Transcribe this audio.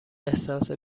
احساس